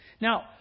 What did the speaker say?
Now